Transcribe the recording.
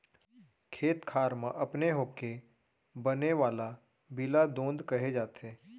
खेत खार म अपने होके बने वाला बीला दोंद कहे जाथे